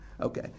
Okay